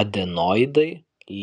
adenoidai